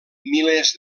milers